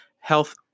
health